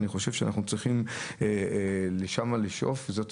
אני חושב שאנחנו צריכים לשאוף לשם ואני חושב שזאת